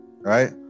right